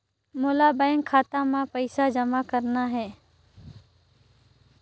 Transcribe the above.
मोला बैंक खाता मां पइसा जमा करना हे?